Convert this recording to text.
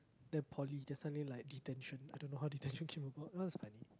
then poly then suddenly like detention I don't know how detention came about that was funny